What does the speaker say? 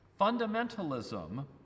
Fundamentalism